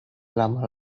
lama